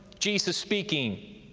jesus speaking,